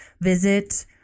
visit